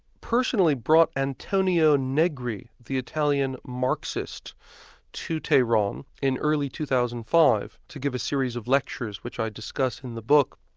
personally brought antonio negri, the italian marxist to tehran in early two thousand and five to give a series of lectures, which i discuss in the book,